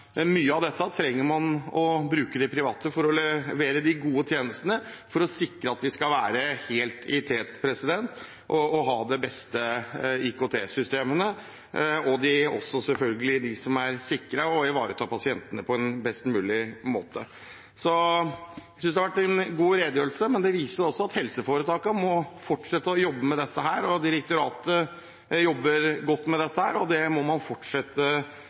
mye av dette, trenger man å bruke de private for å levere gode tjenester og for å sikre at vi skal være helt i tet og ha de beste IKT-systemene – de som er sikre, og som ivaretar pasientene på best mulig måte. Jeg synes det har vært en god redegjørelse, men dette viser også at helseforetakene må fortsette å jobbe med dette. Direktoratet jobber godt med dette, og det må man fortsette